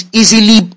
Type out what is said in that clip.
easily